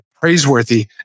praiseworthy